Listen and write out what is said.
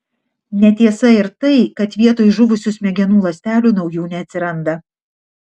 netiesa ir tai kad vietoj žuvusių smegenų ląstelių naujų neatsiranda